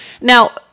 Now